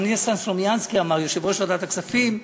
גם ניסן סלומינסקי, יושב-ראש ועדת הכספים,